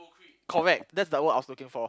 correct that's the word I was looking for